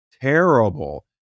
terrible